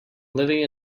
living